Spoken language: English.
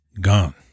Gone